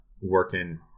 working